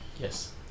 Yes